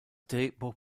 drehbuch